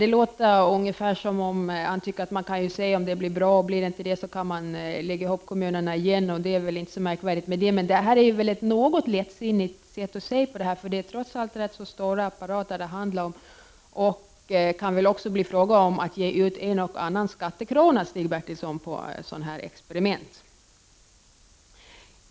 Det lät ungefär som om han tyckte att man kunde se om det blev bra, och om det inte blev bra skulle kommunerna läggas ihop igen — det var inte så märkvärdigt. Det är ett något lättsinnigt sätt att se på saken. Det handlar trots allt om rätt stora apparater, och det kan också bli fråga om att ge ut en och annan skattekrona på sådana experiment.